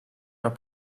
are